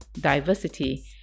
diversity